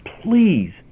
please